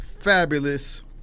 fabulous